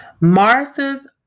Martha's